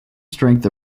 strength